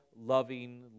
loving